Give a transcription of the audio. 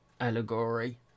allegory